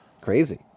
Crazy